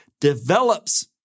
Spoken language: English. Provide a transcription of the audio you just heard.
develops